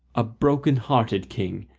a broken-hearted king,